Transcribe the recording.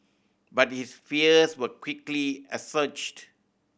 but his fears were quickly assuaged